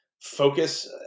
focus